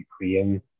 Ukraine